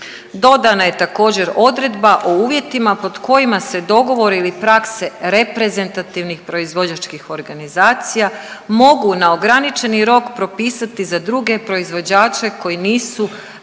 Dodana je također odredba o uvjetima pod kojima se dogovor ili prakse reprezentativnih proizvođačkih organizacija mogu na ograničeni rok propisati za druge proizvođače koji nisu